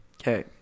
Okay